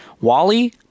Wally